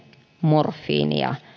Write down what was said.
morfiinia